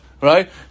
right